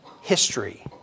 history